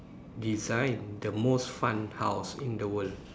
design the most fun house in the world